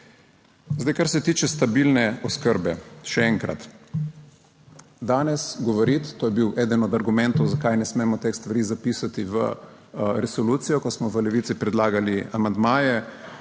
Zdaj, kar se tiče stabilne oskrbe, še enkrat, danes govoriti, to je bil eden od argumentov zakaj ne smemo teh stvari zapisati v resolucijo, ko smo v Levici predlagali amandmaje